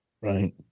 right